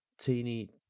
teeny